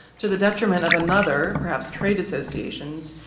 to the detriment of another, perhaps trade associations.